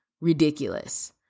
ridiculous